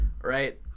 right